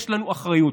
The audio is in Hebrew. יש לנו אחריות.